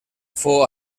fou